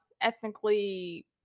ethnically